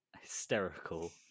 hysterical